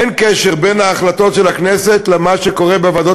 אין קשר בין ההחלטות של הכנסת למה שקורה בוועדות